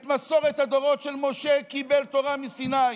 את מסורת הדורות שמשה קיבל תורה מסיני